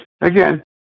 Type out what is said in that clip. again